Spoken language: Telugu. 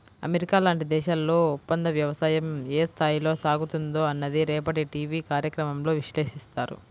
అమెరికా లాంటి దేశాల్లో ఒప్పందవ్యవసాయం ఏ స్థాయిలో సాగుతుందో అన్నది రేపటి టీవీ కార్యక్రమంలో విశ్లేషిస్తారు